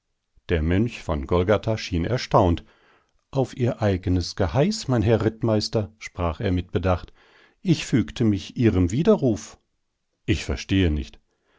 der mönch von golgatha schien erstaunt auf ihr eigenes geheiß mein herr rittmeister sprach er mit bedacht ich fügte mich ihrem widerruf ich verstehe nicht